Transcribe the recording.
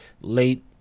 late